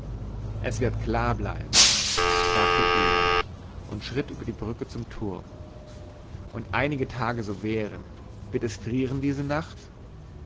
es wird klar bleiben sagte erich und schritt über die brücke zum turm und einige tage so währen wird es frieren diese nacht